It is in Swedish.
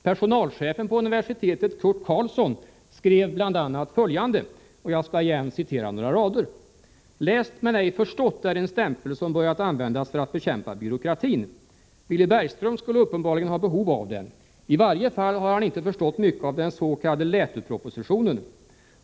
Personalchefen på universitetet, Curt Karlsson, skrev bl.a. följande: ””Läst men ej förstått” är en stämpel som börjat användas för att bekämpa byråkratin. Villy Bergström skulle uppenbarligen ha behov av den. I varje fall har han inte förstått mycket av den s.k. LÄTU-propositionen.